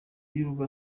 y’urugo